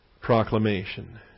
proclamation